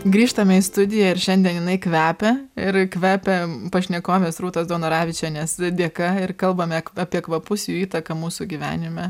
grįžtame į studiją ir šiandien jinai kvepia ir kvepia pašnekovės rūtos daunoravičienės dėka ir kalbame apie kvapus jų įtaką mūsų gyvenime